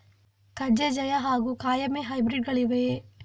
ಕಜೆ ಜಯ ಹಾಗೂ ಕಾಯಮೆ ಹೈಬ್ರಿಡ್ ಗಳಿವೆಯೇ?